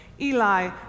Eli